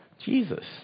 Jesus